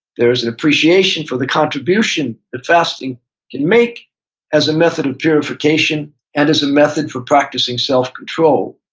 there is an appreciation for the contribution that fasting can make as a method of purification and as a method for practicing self control.